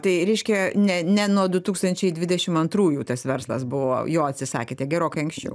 tai reiškia ne ne nuo du tūkstančiai dvidešim antrųjų tas verslas buvo jo atsisakėte gerokai anksčiau